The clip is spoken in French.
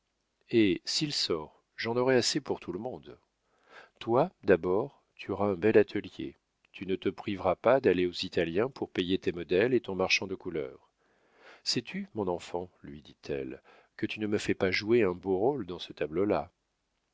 hé s'il sort j'en aurais assez pour tout le monde toi d'abord tu auras un bel atelier tu ne te priveras pas d'aller aux italiens pour payer tes modèles et ton marchand de couleurs sais-tu mon enfant lui dit-elle que tu ne me fais pas jouer un beau rôle dans ce tableau là par